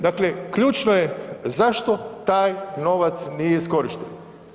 Dakle, ključno je zašto taj novac nije iskorišten.